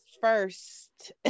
first